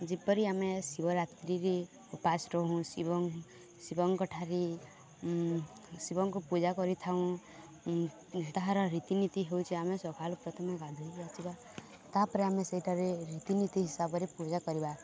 ଯେପରି ଆମେ ଶିବରାତ୍ରିରେ ଉପାସ ରହୁଁ ଶିବଙ୍କଠାରେ ଶିବଙ୍କୁ ପୂଜା କରିଥାଉ ତାହାର ରୀତିନୀତି ହେଉଛି ଆମେ ସକାଳୁ ପ୍ରଥମେ ଗାଧୋଇ ଆସିବା ତା'ପରେ ଆମେ ସେଇଠାରେ ରୀତିନୀତି ହିସାବରେ ପୂଜା କରିବା